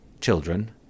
children